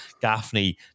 Gaffney